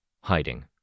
hiding